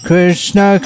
Krishna